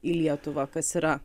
į lietuvą kas yra